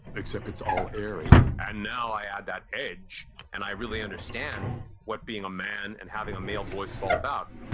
except it's all airy, and now i add that edge and i really understand what being a man and having a male voice is all about.